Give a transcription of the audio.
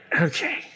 Okay